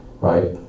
right